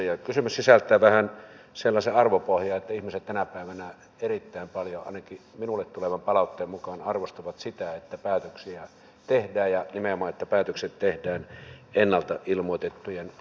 ja kysymys sisältää vähän sellaisen arvopohjan että ihmiset tänä päivänä erittäin paljon ainakin minulle tulevan palautteen mukaan arvostavat sitä että päätöksiä tehdään ja nimenomaan että päätökset tehdään ennalta ilmoitettujen aikataulujen mukaan